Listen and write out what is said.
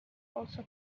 also